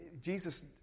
Jesus